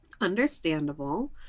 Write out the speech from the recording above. understandable